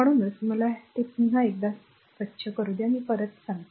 म्हणूनच मला हे पुन्हा एकदा स्वच्छ करू द्या मी परत येईन